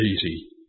easy